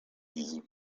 easy